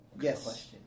Yes